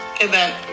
event